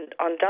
on